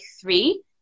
three